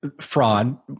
fraud